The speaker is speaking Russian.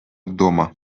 дома